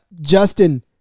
Justin